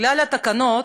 בגלל התקנות,